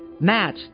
match